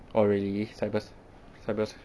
oh really cyber s~ cyber se~